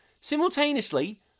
simultaneously